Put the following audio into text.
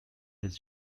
his